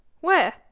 Where